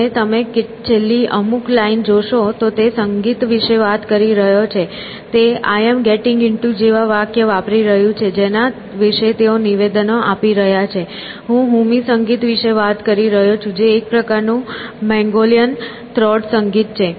અને તમે છેલ્લી અમુક લાઈન જોશો તો જ્યારે તે સંગીત વિશે વાત કરી રહ્યો છે તે "I am getting into" જેવા વાક્ય વાપરી રહ્યું છે જેના વિશે તેઓ નિવેદનો આપી રહ્યા છે હું હૂમી સંગીત વિશે વાત રહ્યો છું જે એક પ્રકારનું મોંગોલિયન થ્રોટ સંગીત છે